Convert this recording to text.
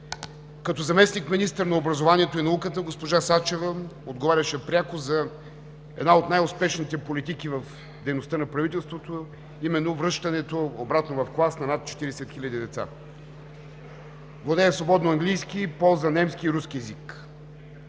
Като заместник-министър на образованието и науката госпожа Сачева отговаряше пряко за една от най-успешните политики в дейността на правителството, а именно връщането обратно в клас на над 40 хиляди деца. Владее свободно английски, ползва немски и руски език.